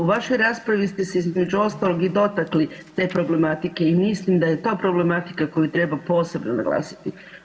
U vašoj raspravi ste se između ostalog i dotakli te problematike i mislim da je to problematika koju treba posebno naglasiti.